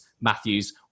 matthews